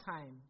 time